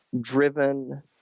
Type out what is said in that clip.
driven